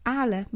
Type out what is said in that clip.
ale